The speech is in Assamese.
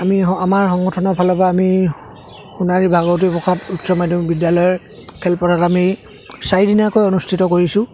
আমি আমাৰ সংগঠনৰ ফালৰ পৰা আমি সোণাৰী ভাগৱতী প্ৰসাদ উচ্চ মাধ্যম বিদ্যালয়ৰ খেলপথাৰত আমি চাৰিদিনীয়াকৈ অনুষ্ঠিত কৰিছোঁ